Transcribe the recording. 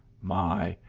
my,